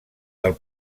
del